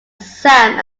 sam